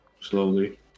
slowly